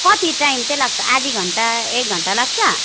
कति टाइम चाहिँ लाग्छ आधा घन्टा एक घन्टा लाग्छ